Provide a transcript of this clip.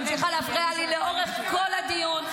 ממשיכה להפריע לי לאורך כל הדיון.